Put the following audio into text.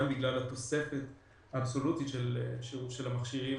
גם בגלל התוספת האבסולוטית של המכשירים,